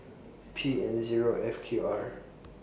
P N Zero F Q R